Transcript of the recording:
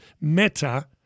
Meta